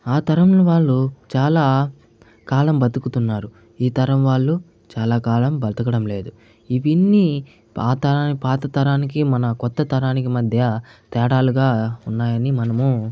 ఆ తరం వాళ్ళు చాలా కాలం బతుకుతున్నారు ఈ తరం వాళ్లు చాలా కాలం బతకడం లేదు ఇవన్నీ పాత పాత తరానికి మన కొత్త తరానికి మధ్య తేడాలుగా ఉన్నాయని మనము